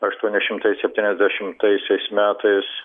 aštuoni šimtai septyniasdešimtaisiais metais